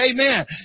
Amen